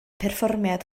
perfformiad